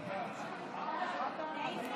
גפני.